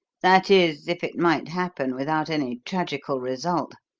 that is, if it might happen without any tragical result.